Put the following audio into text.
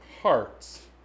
hearts